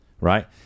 right